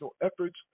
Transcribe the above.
efforts